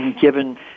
given